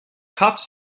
cuffs